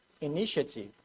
initiative